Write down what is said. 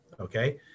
Okay